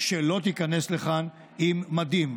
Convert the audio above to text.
שלא תיכנס לכאן עם מדים,